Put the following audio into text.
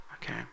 Okay